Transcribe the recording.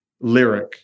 lyric